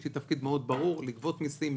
יש לי תפקיד מאוד ברור לגבות מסים,